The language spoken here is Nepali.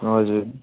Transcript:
हजुर